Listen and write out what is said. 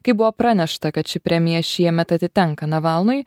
kai buvo pranešta kad ši premija šiemet atitenka navalnui